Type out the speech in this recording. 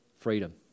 freedom